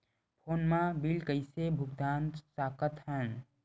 Phone मा bill कइसे भुक्तान साकत हन?